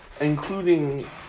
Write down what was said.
including